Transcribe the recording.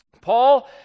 Paul